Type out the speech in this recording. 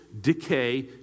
decay